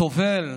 סובל,